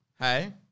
Hey